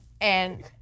And-